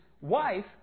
wife